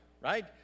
right